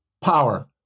power